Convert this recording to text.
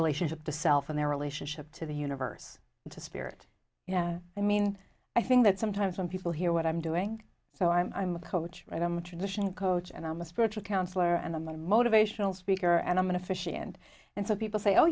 relationship to self and their relationship to the universe to spirit you know i mean i think that sometimes when people hear what i'm doing so i'm a coach right i'm a traditional coach and i'm a spiritual counselor and i'm a motivational speaker and i'm going to fish in and so people say oh